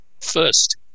first